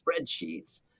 spreadsheets